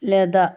Latha